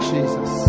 Jesus